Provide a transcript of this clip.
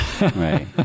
Right